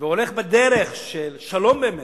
והולך בדרך של שלום באמת,